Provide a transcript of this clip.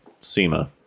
SEMA